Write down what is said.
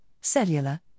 cellular